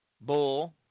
bull